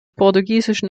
portugiesischen